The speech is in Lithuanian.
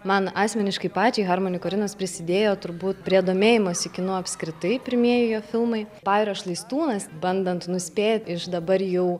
man asmeniškai pačiai harmoni korinas prisidėjo turbūt prie domėjimosi kinu apskritai pirmieji jo filmai pajūrio šlaistūnas bandant nuspėt iš dabar jau